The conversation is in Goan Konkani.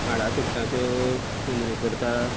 माडां चुडटाच्यो शेंद्री करता